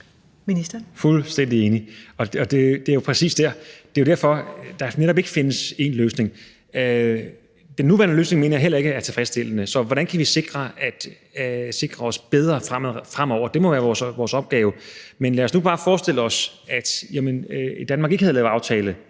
Jeg er fuldstændig enig. Det er jo præcis derfor, der netop ikke findes én løsning. Den nuværende løsning mener jeg heller ikke er tilfredsstillende – så hvordan kan vi sikre os bedre fremover? Det må være vores opgave. Men lad os nu bare forestille os, at Danmark ikke havde lavet aftaler